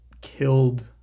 killed